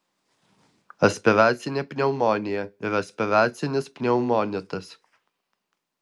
aspiracinė pneumonija ir aspiracinis pneumonitas